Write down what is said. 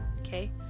okay